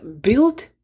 build